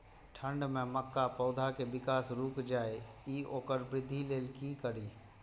ठंढ में मक्का पौधा के विकास रूक जाय इ वोकर वृद्धि लेल कि करी?